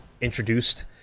introduced